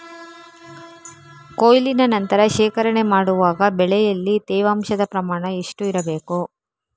ಕೊಯ್ಲಿನ ನಂತರ ಶೇಖರಣೆ ಮಾಡುವಾಗ ಬೆಳೆಯಲ್ಲಿ ತೇವಾಂಶದ ಪ್ರಮಾಣ ಎಷ್ಟು ಇರಬೇಕು?